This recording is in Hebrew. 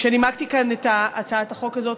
כשנימקתי כאן את הצעת החוק הזאת,